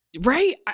Right